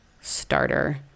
starter